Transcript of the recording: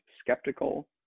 skeptical